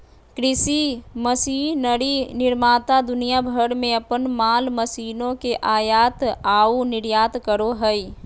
कृषि मशीनरी निर्माता दुनिया भर में अपन माल मशीनों के आयात आऊ निर्यात करो हइ